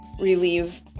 relieve